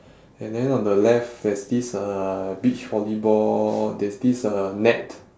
and then on the left there's this uh beach volleyball there's this uh net